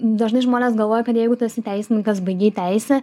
dažnai žmonės galvoja kad jeigu tu esi teisininkas baigei teisę